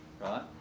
right